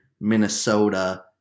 Minnesota